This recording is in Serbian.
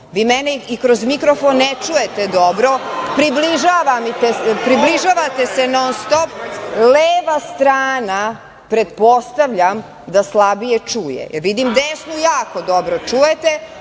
vi mene i kroz mikrofon ne čujete dobro, približavate se non-stop, leva strana, pretpostavljam da slabije čuje, vidim desnu jako dobro čujete,